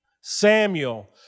Samuel